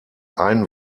ein